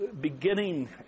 beginning